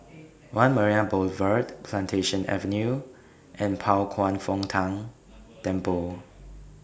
one Marina Boulevard Plantation Avenue and Pao Kwan Foh Tang Temple